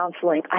counseling